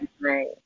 right